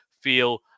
feel